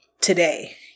today